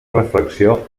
reflexió